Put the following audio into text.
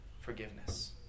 forgiveness